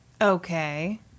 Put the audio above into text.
Okay